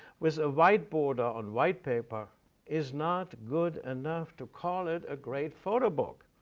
with a white border, on white paper is not good enough to call it a great photo book.